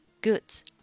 goods